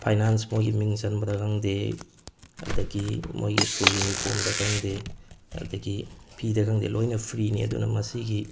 finance ꯃꯣꯏꯒꯤ ꯃꯤꯡ ꯆꯟꯕꯗ ꯈꯪꯗꯦ ꯑꯗꯒꯤ ꯃꯣꯏꯒꯤ ꯁ꯭ꯀꯨꯜ ꯌꯨꯅꯤꯐꯣꯔꯝꯗ ꯈꯪꯗꯦ ꯑꯗꯒꯤ ꯐꯤꯗ ꯈꯪꯗꯦ ꯂꯣꯏꯅ ꯐ꯭ꯔꯤꯅꯤ ꯑꯗꯨꯅ ꯃꯁꯤꯒꯤ